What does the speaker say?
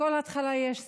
לכל התחלה יש סוף,